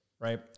right